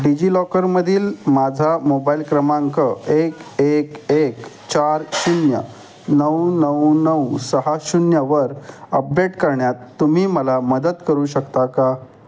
डिजिलॉकरमधील माझा मोबाईल क्रमांक एक एक एक चार शून्य नऊ नऊ नऊ सहा शून्यवर अपडेट करण्यात तुम्ही मला मदत करू शकता का